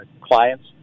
clients